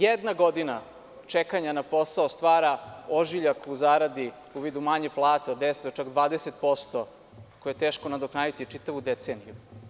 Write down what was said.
Jedna godina čekanja na posao stvara ožiljak u zaradi u vidu manje plate od 10 do 20% koje je teško nadoknaditi čitavu deceniju.